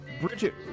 Bridget